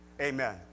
Amen